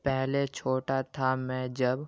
پہلے چھوٹا تھا میں جب